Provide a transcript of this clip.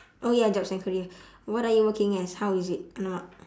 oh ya jobs and career what are you working as how is it !alamak!